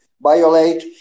violate